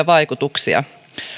vaikutuksia